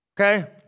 Okay